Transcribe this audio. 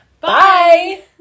bye